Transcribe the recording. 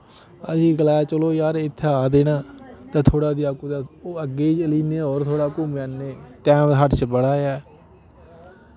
असी गलाया चलो यार इत्थै आए दे न ते थोह्ड़ा जेआ कुतै ओह् अग्गे चली जन्ने होर थोह्ड़ा घूमी आन्ने टैम साढ़े श बड़ा ऐ